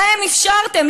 להם אפשרתם.